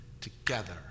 together